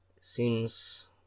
Seems